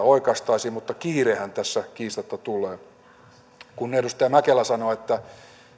oikaistaisiin mutta kiirehän tässä kiistatta tulee kun edustaja mäkelä sanoi että